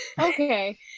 Okay